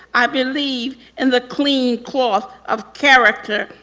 i believe in the clean cloth of character,